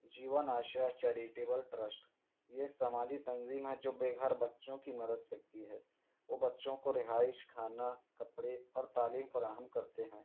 جیون Asha charitable trust یہ سماجی تنظیم ہے جو بے گھر بچوں کی مدد کرتی ہے وہ بچوں کو رہائش کھانا کپڑے اور تعلیم فراہم کرتے ہیں